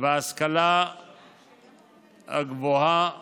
וההשכלה הגבוהה והמשלימה.